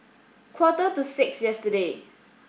quarter to six yesterday